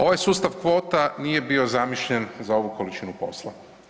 Ovaj sustav kvota nije bio zamišljen za ovu količinu posla.